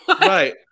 Right